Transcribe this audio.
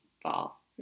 fall